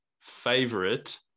favorite